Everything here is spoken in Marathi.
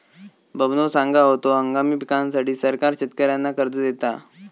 बबनो सांगा होतो, हंगामी पिकांसाठी सरकार शेतकऱ्यांना कर्ज देता